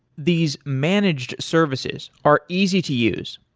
these manage services are easy to use.